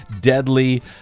deadly